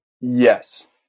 Yes